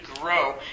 grow